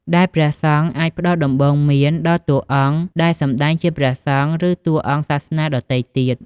ដែលព្រះសង្ឃអាច ផ្ដល់ដំបូន្មានដល់តួអង្គដែលសម្ដែងជាព្រះសង្ឃ ឬតួអង្គសាសនាដទៃទៀត។